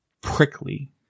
prickly